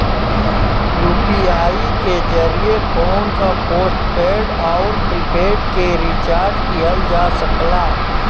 UPI के जरिये phone क पोस्टपेड आउर प्रीपेड के रिचार्ज किहल जा सकला